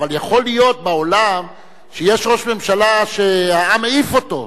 אבל יכול להיות בעולם שיש ראש ממשלה שהעם העיף אותו,